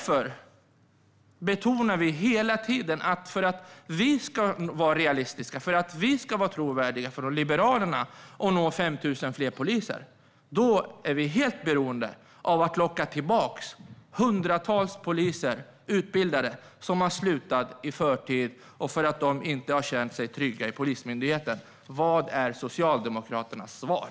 För att vi från Liberalerna ska vara realistiska och trovärdiga och för att man ska nå 5 000 fler poliser betonar vi hela tiden att man är helt beroende av att locka tillbaka hundratals utbildade poliser som har slutat i förtid för att de inte har känt sig trygga i Polismyndigheten. Vad är Socialdemokraternas svar?